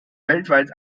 weltweit